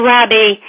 Robbie